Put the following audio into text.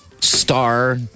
star